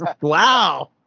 wow